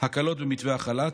הקלות במתווה החל"ת,